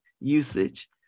usage